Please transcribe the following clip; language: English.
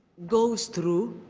goes through